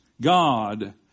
God